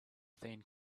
thing